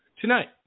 tonight